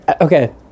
Okay